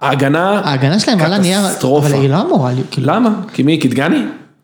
‫ההגנה... ‫-ההגנה שלהם על הנייר... ‫קטסטרופה. ‫-אבל היא לא מורלית. ‫למה? כי מי? כי דגני?